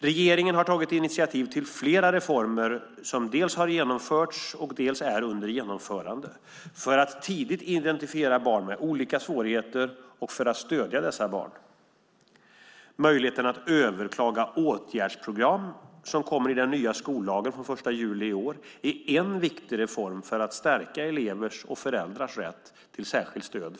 Regeringen har tagit initiativ till flera reformer, som dels har genomförts, dels är under genomförande, för att tidigt identifiera barn med olika svårigheter och för att stödja dessa barn. Möjligheten att överklaga åtgärdsprogram, som kommer i den nya skollagen från den 1 juli i år, är en viktig reform för att stärka elevens rätt till särskilt stöd.